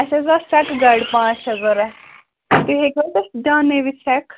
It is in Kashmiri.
اَسہِ حظ ٲس سیٚکہِ گاڑِ پانٛژھ شےٚ ضوٚرَتھ تُہۍ ہیٚکِو حظ اَسہِ دیانٲوِتھ سیٚکھ